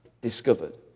discovered